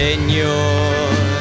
Señor